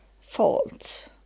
fault